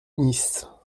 nice